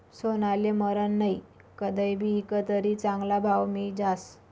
सोनाले मरन नही, कदय भी ईकं तरी चांगला भाव मियी जास